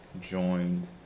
joined